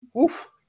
oof